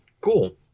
cool